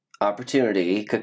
opportunity